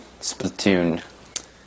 Splatoon